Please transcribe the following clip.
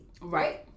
right